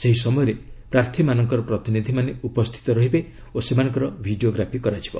ସେହି ସମୟରେ ପ୍ରାର୍ଥୀମାନଙ୍କର ପ୍ରତିନିଧିମାନେ ଉପସ୍ଥିତ ରହିବେ ଓ ସେମାନଙ୍କର ଭିଡ଼ିଓଗ୍ରାଫି କରାଯିବ